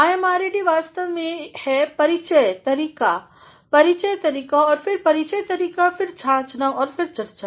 IMRAD वास्तव में है परिचय तरीका परियचतरीका और फिर परिचय तरीका फिर जांचनाऔर फिर चर्चा